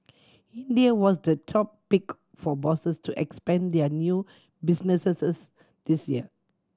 India was the top pick for bosses to expand their new businesses this year